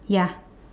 ya